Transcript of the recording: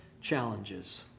challenges